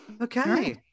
Okay